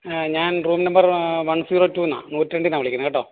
ഞാൻ room number one zero ടുവിൽ നിന്നാണ് നൂറ്റിരണ്ടിൽ നിന്നാണ് വിളിക്കുന്നത് കേട്ടോ